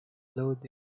load